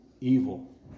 evil